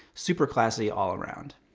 super classy all around.